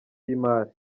y’imari